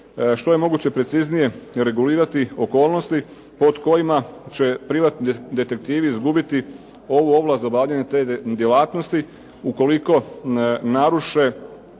što je moguće preciznije regulirati okolnosti pod kojima će privatni detektivi izgubiti ovu ovlast za obavljanje te djelatnosti ukoliko naruše